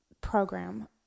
program